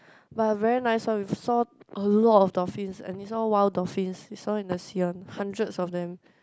but very nice one we've saw a lot of dolphins and is all wild dolphins is all in the sea one hundreds of them